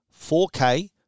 4K